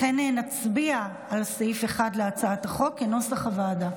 לכן נצביע בקריאה השנייה על סעיף 1 להצעת החוק כנוסח הוועדה.